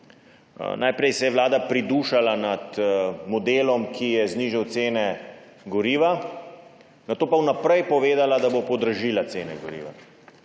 Najprej se je Vlada pridušala nad modelom, ki je znižal cene goriva, nato pa vnaprej povedala, da bo podražila cene goriva.